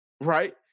right